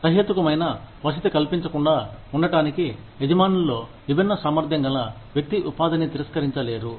సహేతుకమైన వసతి కల్పించకుండా ఉండటానికి యజమానుల్లో విభిన్న సామర్ధ్యం గల వ్యక్తి ఉపాధిని తిరస్కరించలేరు